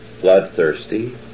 bloodthirsty